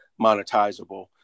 monetizable